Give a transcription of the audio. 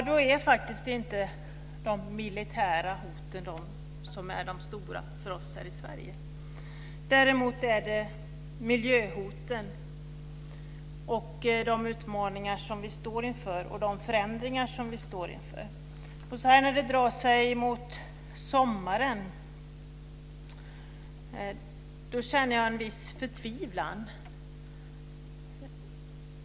Då är faktiskt inte de militära hoten det som är de stora hoten för oss i Sverige, däremot miljöhoten och de utmaningar och förändringar som vi står inför. Så här när det börjar dra sig mot sommaren känner jag en viss förtvivlan.